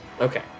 Okay